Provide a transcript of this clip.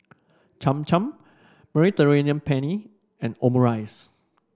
Cham Cham Mediterranean Penne and Omurice